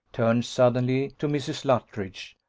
turned suddenly to mrs. luttridge,